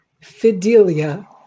Fidelia